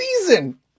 season